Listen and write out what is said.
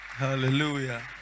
Hallelujah